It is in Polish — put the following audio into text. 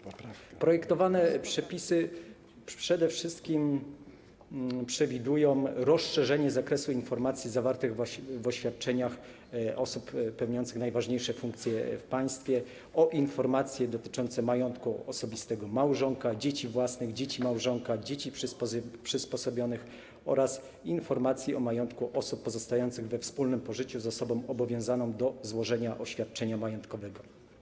Projektowane przepisy przede wszystkim przewidują rozszerzenie zakresu informacji zawartych w oświadczeniach osób pełniących najważniejsze funkcje w państwie o informacje dotyczące majątku osobistego małżonka, dzieci własnych, dzieci małżonka, dzieci przysposobionych oraz informacji o majątku osób pozostających we wspólnym pożyciu z osobą obowiązaną do złożenia oświadczenia majątkowego.